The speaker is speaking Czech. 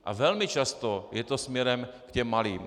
A velmi často je to směrem k malým.